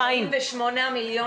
חיים